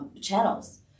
channels